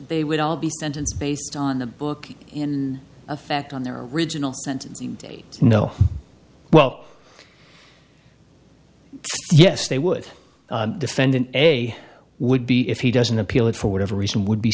they would all be sentence based on the book in effect on their original sentence date no well yes they would defendant a would be if he doesn't appeal it for whatever reason would be